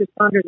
responders